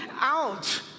out